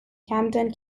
camden